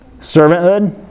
Servanthood